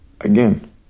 again